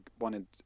wanted